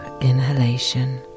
inhalation